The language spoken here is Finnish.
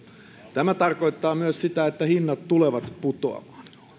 tämä tarkoittaa myös sitä että hinnat tulevat putoamaan